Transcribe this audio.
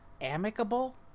Amicable